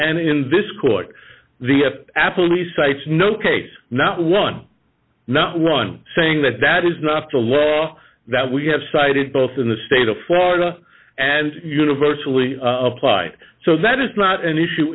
and in this court the apple he cites no case not one not one saying that that is not up to law that we have cited both in the state of florida and universally applied so that is not an issue